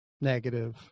negative